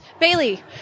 Bailey